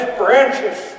branches